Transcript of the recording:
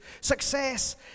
Success